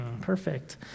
Perfect